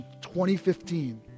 2015